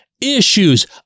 issues